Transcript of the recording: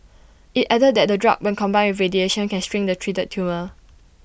IT added that the drug when combined radiation can shrink the treated tumour